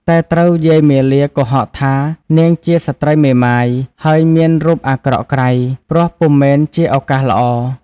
តែត្រូវយាយមាលាកុហកថានាងជាស្ត្រីមេម៉ាយ ហើយមានរូបអាក្រក់ក្រៃ ព្រោះពុំមែនជាឱកាសល្អ។